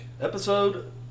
Episode